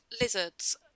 Lizards